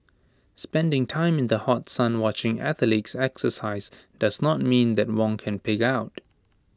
spending time in the hot sun watching athletes exercise does not mean that Wong can pig out